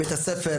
בית הספר,